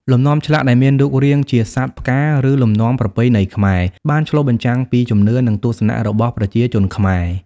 លំនាំឆ្លាក់ដែលមានរូបរាងជាសត្វ ផ្កា ឬលំនាំប្រពៃណីខ្មែរបានឆ្លុះបញ្ចាំងពីជំនឿ និងទស្សនៈរបស់ប្រជាជនខ្មែរ។